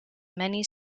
many